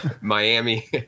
Miami